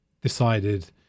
decided